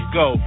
go